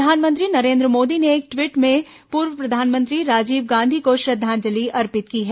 प्रधानमंत्री नरेन्द्र मोदी ने एक ट्वीट में पूर्व प्रधानमंत्री राजीव गांधी को श्रद्वांजलि अर्पित की है